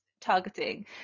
targeting